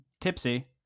tipsy